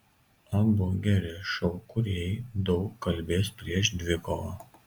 abu geri šou kūrėjai daug kalbės prieš dvikovą